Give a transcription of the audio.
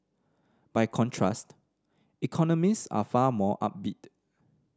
by contrast economist are far more upbeat